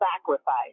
sacrifice